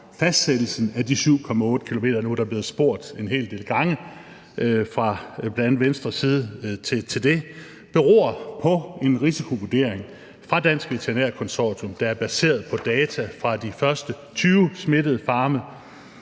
Fastsættelsen af de 7,8 km – nu er der blevet spurgt til det en hel del gange fra bl.a. Venstres side – beror på en risikovurdering fra Dansk Veterinær Konsortium, der er baseret på data fra de første 20 farme